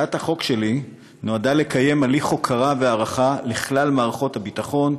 הצעת החוק שלי נועדה לקיים הליך הוקרה והערכה לכלל מערכות הביטחון,